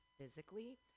physically